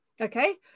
okay